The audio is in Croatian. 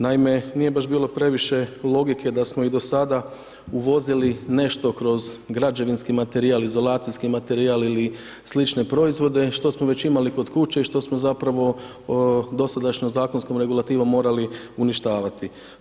Naime, nije baš bilo previše logike da smo i do sada uvozili nešto kroz građevinski materijal, izolacijski materijal ili sl. proizvode što smo već imali kod kuće i što smo, zapravo, dosadašnjom zakonskom regulativom morali uništavati.